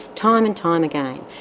time and time again,